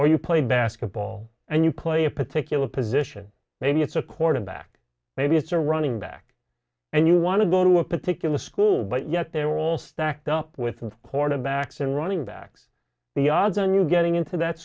or you play basketball and you play a particular position maybe it's a quarterback maybe it's a running back and you want to go to a particular school but yet they are all stacked up with the quarterbacks and running backs the odds on you getting into that